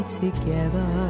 together